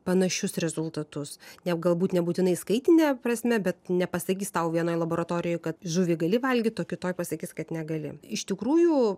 panašius rezultatus ne galbūt nebūtinai skaitine prasme bet nepasakys tau vienoje laboratorijoj kad žuvį gali valgyt o kitoj pasakys kad negali iš tikrųjų